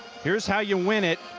here's how you win it,